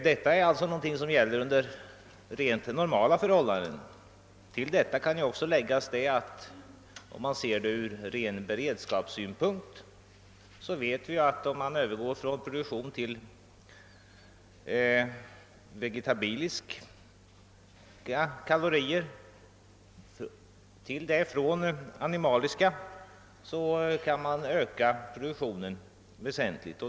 Detta är alltså någonting som gäller under rent normala förhållanden. Till detta kan läggas den rena beredskapssynpunkten. Vi vet att om produktionen överflyttas till vegetabiliska kalorier från animaliska kan den ökas väsentligt.